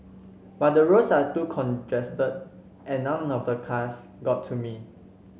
but the roads are too congested and none of the cars got to me